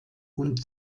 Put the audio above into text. und